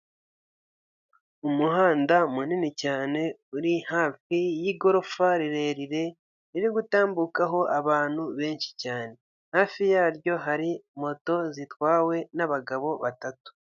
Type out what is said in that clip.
Umuhanda munini cyane uri hafi y'igorofa rirerire riri gutambukaho abantu benshi cyane hafi yaryo hari moto zitwawe n'abagabo batatu.